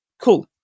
cool